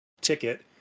ticket